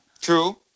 True